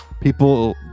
People